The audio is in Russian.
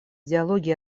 диалоге